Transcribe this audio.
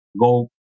go